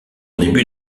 début